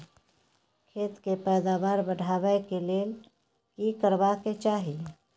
खेत के पैदावार बढाबै के लेल की करबा के चाही?